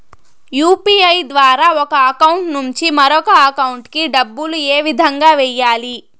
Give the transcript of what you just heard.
UPI ద్వారా ఒక account నుంచి మరొక అకౌంట్ కి డబ్బులు ఏ విధంగా వెయ్యాలి